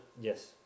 Yes